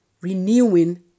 renewing